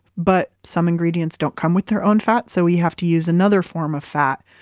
but some ingredients don't come with their own fat, so we have to use another form of fat.